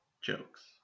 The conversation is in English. jokes